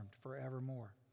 forevermore